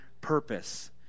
purpose